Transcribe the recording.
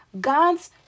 gods